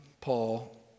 Paul